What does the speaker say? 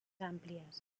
àmplies